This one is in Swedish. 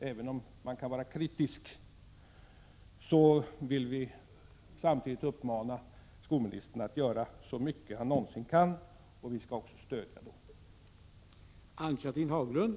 Även om vi kan vara kritiska vill vi samtidigt uppmana skolministern att göra så mycket han någonsin kan, och då skall vi också stödja honom.